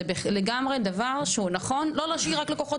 זה דבר שנכון להשאיר אותו לא רק לכוחות